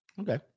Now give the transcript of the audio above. Okay